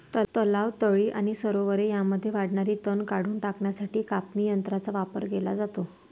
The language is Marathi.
तलाव, तळी आणि सरोवरे यांमध्ये वाढणारे तण काढून टाकण्यासाठी कापणी यंत्रांचा वापर केला जातो